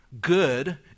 good